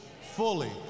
fully